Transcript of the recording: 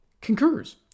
concurs